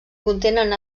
contenen